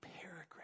paragraph